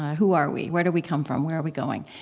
who are we? where do we come from? where are we going?